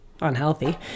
unhealthy